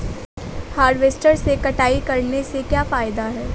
Harvester से कटाई करने से क्या फायदा है?